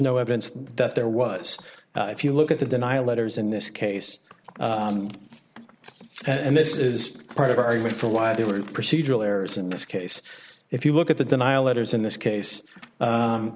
no evidence that there was if you look at the denial letters in this case and this is part of our human for why they were procedural errors in this case if you look at the denial letters in this